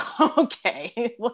okay